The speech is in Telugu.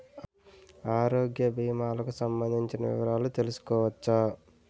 ఆరోగ్య భీమాలకి సంబందించిన వివరాలు తెలుసుకోవచ్చా?